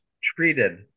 treated